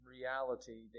reality